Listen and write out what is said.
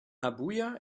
abuja